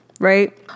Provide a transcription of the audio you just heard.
Right